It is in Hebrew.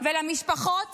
למשפחות